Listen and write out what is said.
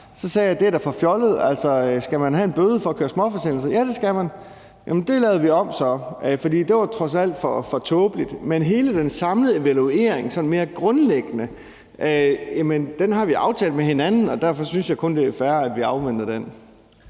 sagde jeg, at det da er for fjollet. Skal man have en bøde for at køre småforsendelser? Ja, det skal man. Det lavede vi så om, for det var trods alt for tåbeligt, men hele den samlede evaluering sådan mere grundlæggende har vi aftalt med hinanden, og derfor synes jeg kun, det er fair, at vi afventer den.